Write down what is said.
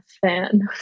fan